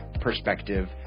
perspective